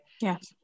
Yes